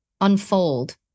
unfold